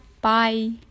Bye